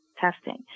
testing